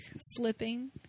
slipping